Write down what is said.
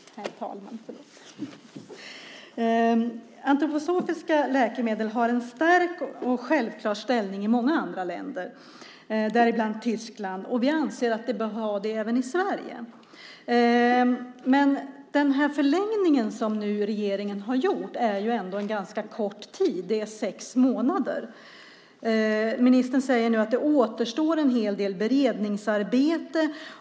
Herr talman! Antroposofiska läkemedel har en stark och självklar ställning i många andra länder, däribland Tyskland, och vi anser att de bör ha det även i Sverige. Men den förlängning som nu regeringen har gjort är ju ändå en ganska kort tid. Det är sex månader. Ministern säger nu att det återstår en hel del beredningsarbete.